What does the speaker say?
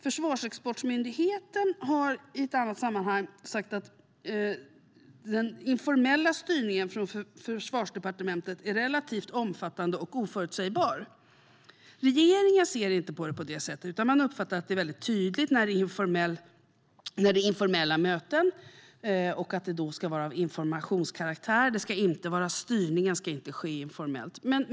Försvarsexportmyndigheten har i ett annat sammanhang sagt att den informella styrningen från Försvarsdepartementet är relativt omfattande och oförutsägbar, men regeringen ser inte på det på samma sätt. I stället uppfattar man att det är tydligt när det är informella möten, att de då ska vara av informationskaraktär och att styrningen inte ska ske informellt.